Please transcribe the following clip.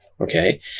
Okay